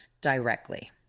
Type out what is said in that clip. directly